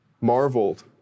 marveled